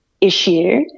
issue